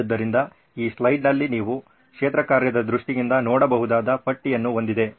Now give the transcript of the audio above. ಆದ್ದರಿಂದ ಈ ಸ್ಲೈಡ್ನಲ್ಲಿ ನೀವು ಕ್ಷೇತ್ರಕಾರ್ಯದ ದೃಷ್ಟಿಯಿಂದ ನೋಡಬಹುದಾದ ಪಟ್ಟಿಯನ್ನು ಹೊಂದಿದೆ